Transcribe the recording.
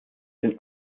den